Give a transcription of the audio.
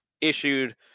issued